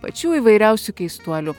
pačių įvairiausių keistuolių